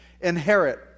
inherit